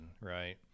right